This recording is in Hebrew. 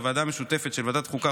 הוועדה המשותפת של ועדת החוקה,